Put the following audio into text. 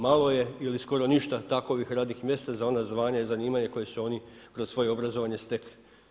Malo je ili skoro ništa takvih radnih mjesta za ona zvanja i zanimanja koja su oni za svoje obrazovanje stekli.